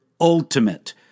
ultimate